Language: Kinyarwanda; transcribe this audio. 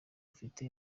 afite